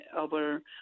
over